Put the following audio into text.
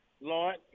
Lord